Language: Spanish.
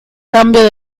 cambio